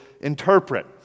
interpret